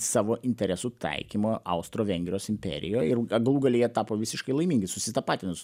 savo interesų taikymo austro vengrijos imperijoj ir galų gale jie tapo visiškai laimingi susitapatino su